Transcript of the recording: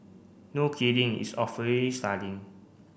no kidding it's starting